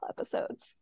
episodes